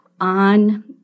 on